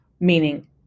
Meaning